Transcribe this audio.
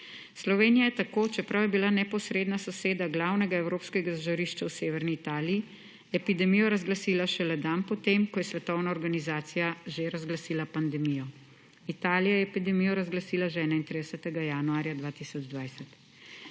Slovenija je tako, čeprav je bila neposredna soseda glavnega evropskega žarišča v severni Italij, epidemijo razglasila šele dan po tem, ko je Svetovna zdravstvena organizacija že razglasila pandemijo. Italija je epidemijo razglasila že 31. januarja 2020.